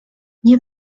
nie